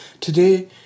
Today